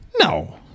No